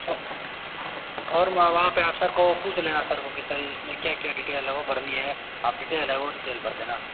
form अब आप sir को पुछ लेना सर को कि सर इसमें क्या क्या डीटेल है वो भरनी है अब डीटेल है वो डीटेल भर देना